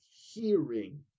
hearing